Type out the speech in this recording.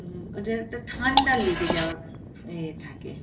ওটা একটা ঠান্ডা লেগে যাওয়ার ই থাকে